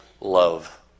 love